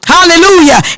Hallelujah